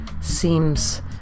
seems